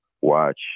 watch